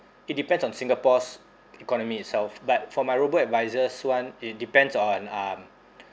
it depends on singapore's economy itself but for my robo advisor's [one] it depends on um